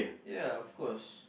ya of course